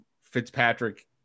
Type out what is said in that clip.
Fitzpatrick